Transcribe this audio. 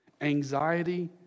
Anxiety